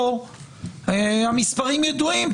פה המספרים ידועים,